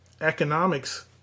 economics